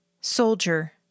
Soldier